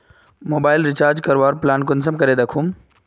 Mobile recharge करवार plan कुंसम करे दखुम?